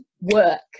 work